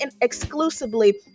exclusively